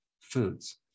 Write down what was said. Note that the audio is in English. foods